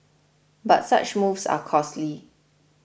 but such moves are costly